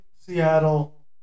Seattle